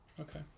Okay